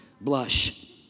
blush